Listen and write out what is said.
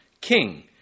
king